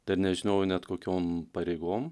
dar nežinojau net kokiom pareigom